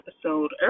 episode